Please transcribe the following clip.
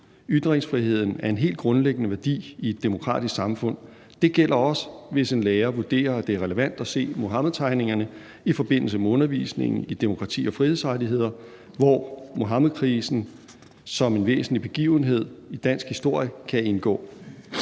Ytringsfriheden er en helt grundlæggende værdi i et demokratisk samfund. Det gælder også, hvis en lærer vurderer, at det er relevant at se Muhammedtegningerne i forbindelse med undervisningen i demokrati og frihedsrettigheder, hvor Muhammedkrisen som en væsentlig begivenhed i dansk historie kan indgå.